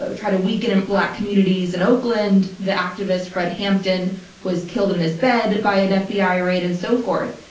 so try to weaken in black communities in oakland. the activist fred hampton was killed in in his bed by an fbi raid, and so forth.